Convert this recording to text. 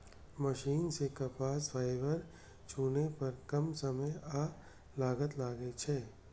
machine सं कपास fibre चुनै पर कम समय आ लागत लागै छै